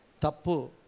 tapu